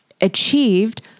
achieved